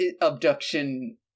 abduction